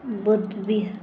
Buddha Bihar